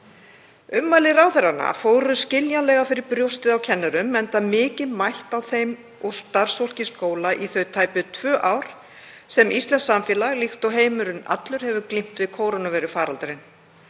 Ummæli ráðherranna fóru skiljanlega fyrir brjóstið á kennurum, enda mikið mætt á þeim og starfsfólki skóla í þau tæpu tvö ár sem íslenskt samfélag, líkt og heimurinn allur, hefur glímt við kórónuveirufaraldurinn.